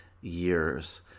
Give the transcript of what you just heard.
years